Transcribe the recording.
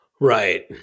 Right